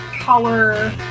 color